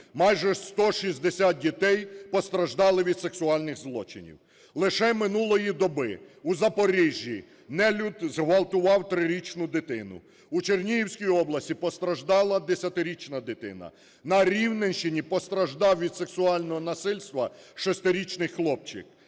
майже 160 дітей постраждали від сексуальних злочинів. Лише минулої доби у Запоріжжі нелюд зґвалтував 3-річну дитину. У Чернігівській області постраждала 10-річна дитина. На Рівненщині постраждав від сексуального насильства 6-річний хлопчик.